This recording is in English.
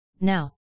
now